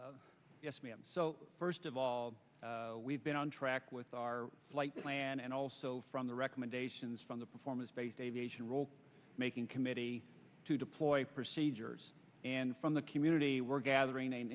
so first of all we've been on track with our flight plan and also from the recommendations from the performance based aviation role making committee to deploy procedures and from the community we're gathering